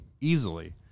Easily